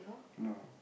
no